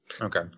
Okay